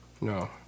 No